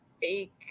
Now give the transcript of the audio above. fake